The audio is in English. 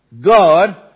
God